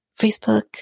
Facebook